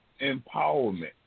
empowerment